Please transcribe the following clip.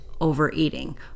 overeating